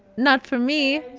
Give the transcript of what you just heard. not for me?